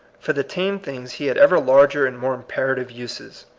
for the tame things he had ever larger and more imperative uses.